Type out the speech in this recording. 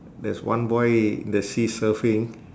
there's one boy in the sea surfing